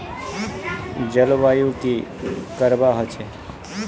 जलवायु की करवा होचे?